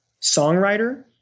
songwriter